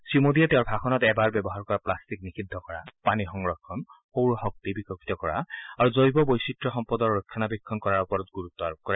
শ্ৰীমোদীয়ে তেওঁৰ ভাষণত এবাৰ ব্যৱহাৰ কৰা প্লাষ্টিক নিষিদ্ধ কৰা পানী সংৰক্ষণ সৌৰ শক্তি বিকশিত কৰা আৰু জৈৱ বৈচিত্ৰ সম্পদৰ ৰক্ষণাবেক্ষণ কৰাৰ ওপৰত গুৰুত্ব আৰোপ কৰে